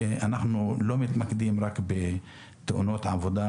אנחנו לא מתמקדים רק בתאונות עבודה